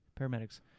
paramedics